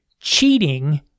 cheating